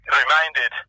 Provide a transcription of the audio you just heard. reminded